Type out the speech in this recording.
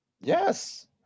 Yes